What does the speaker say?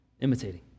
imitating